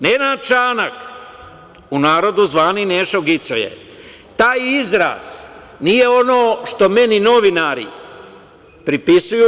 Nenad Čanak, u narodu zvani "Nešo gicoje", taj izraz nije ono što meni novinari prepisuju.